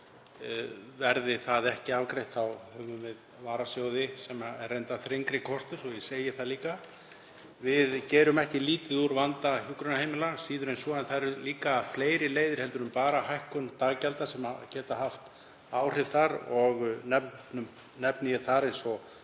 Verði það ekki afgreitt þá höfum við varasjóði, sem er reyndar þrengri kostur svo að ég segi það líka. Við gerum ekki lítið úr vanda hjúkrunarheimila, síður en svo, en það eru líka fleiri leiðir en bara hækkun daggjalda sem geta haft áhrif þar og nefni ég þætti sem